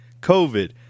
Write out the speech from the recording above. covid